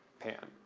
pan,